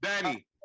Danny